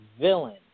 villain